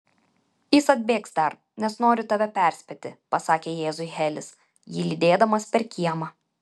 jis atbėgs dar nes nori tave perspėti pasakė jėzui helis jį lydėdamas per kiemą